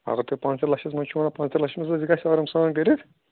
اگر تُہۍ پانٛژھ تٕرٛہ لچھَس منٛز چھِو وَنان پانٛژھ تٕرٛہ لچھ منٛز گژھ آرام سان کٔرِتھ